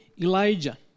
Elijah